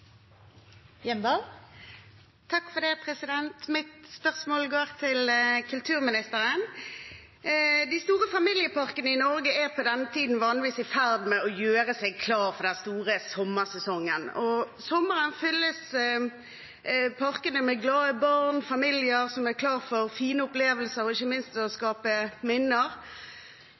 Mitt spørsmål går til kulturministeren. De store familieparkene i Norge er på denne tiden vanligvis i ferd med å gjøre seg klare for den store sommersesongen. Om sommeren fylles parkene med glade barn, familier som er klare for fine opplevelser og ikke minst av å skape minner.